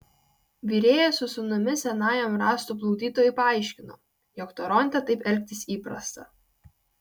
virėjas su sūnumi senajam rąstų plukdytojui paaiškino jog toronte taip elgtis įprasta